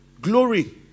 glory